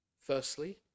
Firstly